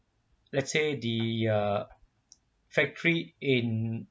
let's say the ah factory in